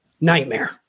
nightmare